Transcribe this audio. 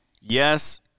yes